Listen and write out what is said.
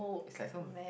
it's like some